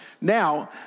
Now